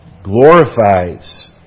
glorifies